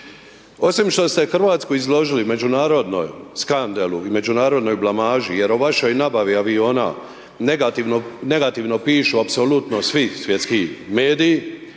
osim što ste Hrvatsku izložili međunarodnoj skandalu i međunarodnoj blamaži jer o vašoj nabavi aviona negativno, negativno pišu apsolutno svi svjetski mediji